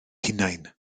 hunain